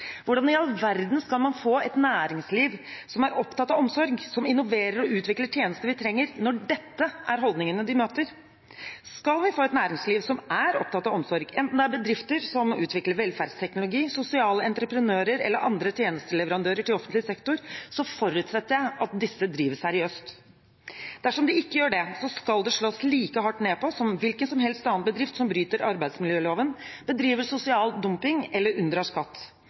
Hvordan i all verden skal man få et næringsliv som er opptatt av omsorg, som innoverer og utvikler tjenester vi trenger, når dette er holdningene de møter? Skal vi få et næringsliv som er opptatt av omsorg, enten det er bedrifter som utvikler velferdsteknologi, sosiale entreprenører eller andre tjenesteleverandører til offentlig sektor, forutsetter jeg at disse driver seriøst. Dersom de ikke gjør det, skal det slås like hardt ned på som for hvilken som helst annen bedrift som bryter arbeidsmiljøloven, bedriver sosial dumping eller unndrar skatt.